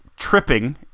tripping